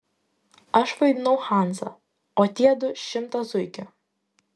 aš vaidinau hansą o tie du šimtą zuikių